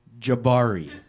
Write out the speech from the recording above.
Jabari